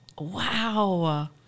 Wow